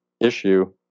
issue